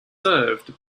served